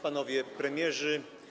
Panowie Premierzy!